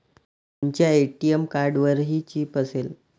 तुमच्या ए.टी.एम कार्डवरही चिप असेल